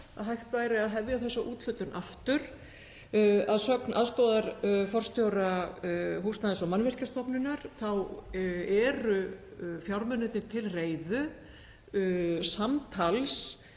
til hægt væri að hefja þessa úthlutun aftur. Að sögn aðstoðarforstjóra Húsnæðis- og mannvirkjastofnunar þá eru fjármunirnir til reiðu, samtals